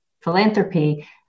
philanthropy